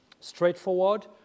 straightforward